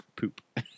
poop